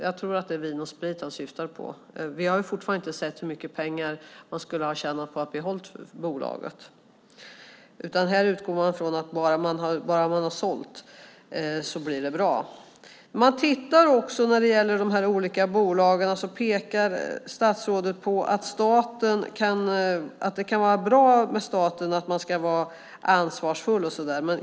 Jag tror att det är Vin & Sprit han syftar på, men vi har fortfarande inte sett hur mycket pengar man skulle ha tjänat på att ha behållit bolaget. Här utgår man från att bara man har sålt så blir det bra. När det gäller de olika bolagen pekar statsrådet på att staten ska vara ansvarsfull.